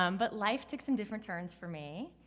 um but life took some different turns for me.